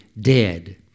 dead